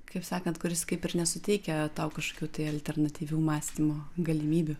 kaip sakant kuris kaip ir nesuteikia tau kažkokių alternatyvių mąstymo galimybių